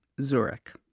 Zurich